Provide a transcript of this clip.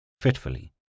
fitfully